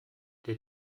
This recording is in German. das